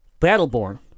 Battleborn